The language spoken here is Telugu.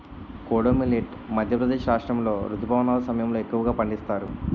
కోడో మిల్లెట్ మధ్యప్రదేశ్ రాష్ట్రాములో రుతుపవనాల సమయంలో ఎక్కువగా పండిస్తారు